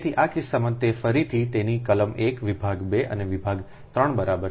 તેથી આ કિસ્સામાં તે ફરીથી તેની કલમ 1 વિભાગ 2 અને વિભાગ 3 બરાબર છે